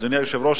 אדוני היושב-ראש,